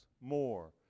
more